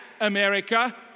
America